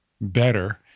better